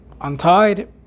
untied